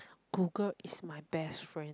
google is my best friend